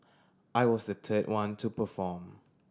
I was the third one to perform